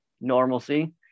normalcy